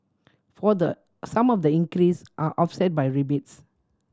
further some of the increase are offset by rebates